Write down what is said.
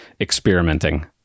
experimenting